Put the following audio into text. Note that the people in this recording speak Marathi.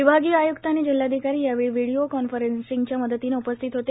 विभागीय आय्क्त आणि जिल्हाधिकारी यावेळी व्हीडिओ कॉन्फरन्सिंगच्या मदतीने उपस्थित होते